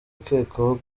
akekwaho